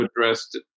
addressed